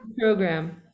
program